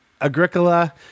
Agricola